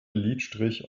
lidstrich